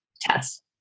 test